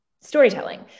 storytelling